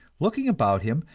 looking about him,